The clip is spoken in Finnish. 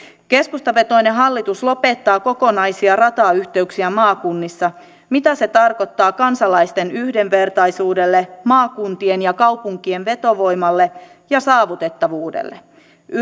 keskustavetoinen hallitus lopettaa kokonaisia ratayhteyksiä maakunnissa mitä se tarkoittaa kansalaisten yhdenvertaisuudelle maakuntien ja kaupunkien vetovoimalle ja saavutettavuudelle